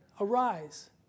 Arise